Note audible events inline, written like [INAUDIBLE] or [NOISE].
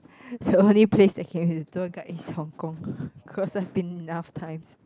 [BREATH] so the only place that came with tour guide is Hong-Kong cause I've been enough times